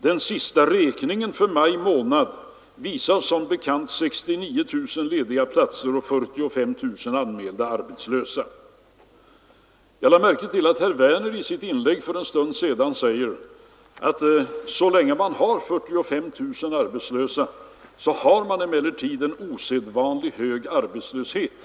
Den sista räkningen för maj månad visar som bekant 69 000 lediga platser och 45 000 anmälda arbetslösa. Jag lade märke till att herr Werner i Tyresö i sitt inlägg för en stund sedan sade att så länge det finns 45 000 arbetslösa, har vi en osedvanligt hög arbetslöshet.